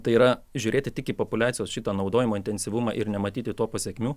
tai yra žiūrėti tik į populiacijos šitą naudojimo intensyvumą ir nematyti to pasekmių